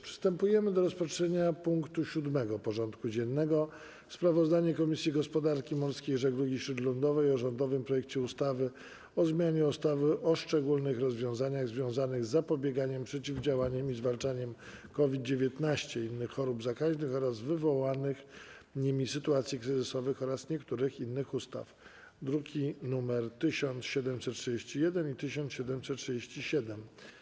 Przystępujemy do rozpatrzenia punktu 7. porządku dziennego: Sprawozdanie Komisji Gospodarki Morskiej i Żeglugi Śródlądowej o rządowym projekcie ustawy o zmianie ustawy o szczególnych rozwiązaniach związanych z zapobieganiem, przeciwdziałaniem i zwalczaniem COVID-19, innych chorób zakaźnych oraz wywołanych nimi sytuacji kryzysowych oraz niektórych innych ustaw (druki nr 1731 i 1737)